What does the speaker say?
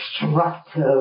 destructive